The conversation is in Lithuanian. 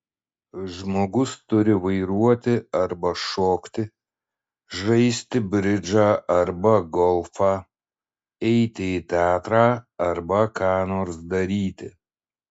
žmogus turi vairuoti arba šokti žaisti bridžą arba golfą eiti į teatrą arba ką nors daryti